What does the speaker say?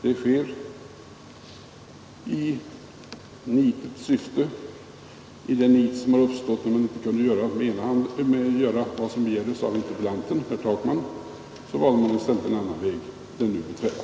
Det sker i det nit som uppstått när man inte kunde göra vad som begärdes av interpellanten herr Takman. Då valde man i stället en annan väg, den nu beträdda.